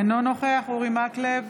אינו נוכח אורי מקלב,